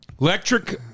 Electric